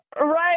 Right